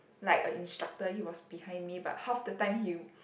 like a instructor he was behind me but half the time he